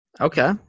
Okay